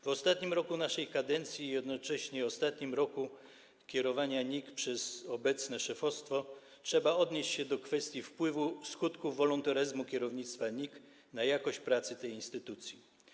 W ostatnim roku naszej kadencji i jednocześnie w ostatnim roku kierowania NIK przez obecne szefostwo trzeba odnieść się do kwestii wpływu skutków woluntaryzmu kierownictwa NIK na jakość pracy tej instytucji.